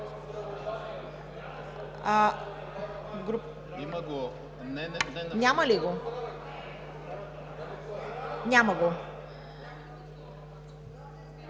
Има ли го? Няма го.